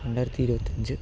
രണ്ടായിരത്തി ഇരുപത്തി അഞ്ച്